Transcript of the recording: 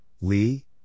Lee